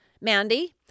Mandy